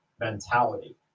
mentality